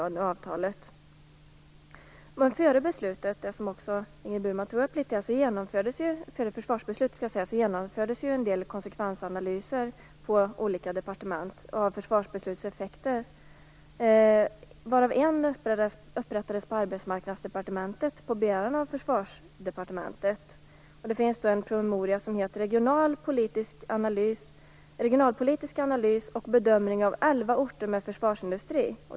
Men före försvarsbeslutet - det tog också Ingrid Burman upp litet grand - genomfördes en del konsekvensanalyser på olika departement av försvarsbeslutets effekter. En av dessa analyser upprättades på Arbetsmarknadsdepartementet, på begäran av Försvarsdepartementet. Det finns en promemoria som heter Regionalpolitisk analys och bedömning av elva orter med försvarsindustri.